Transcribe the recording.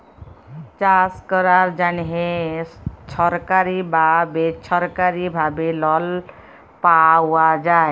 চাষ ক্যরার জ্যনহে ছরকারি বা বেছরকারি ভাবে লল পাউয়া যায়